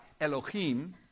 Elohim